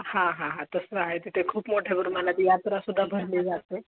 हां हां हां तसं आहे तिथे खूप मोठ्या प्रमाणात यात्रासुद्धा भरली जाते